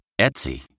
Etsy